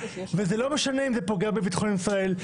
וזה לא משנה אם זה פוגע בביטחון ישראל,